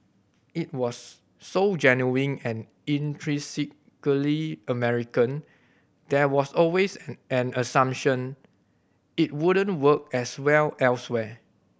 it was so genuinely and intrinsically American there was always an an assumption it wouldn't work as well elsewhere